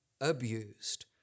abused